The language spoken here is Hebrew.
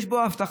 יש פה הבטחה,